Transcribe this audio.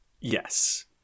Yes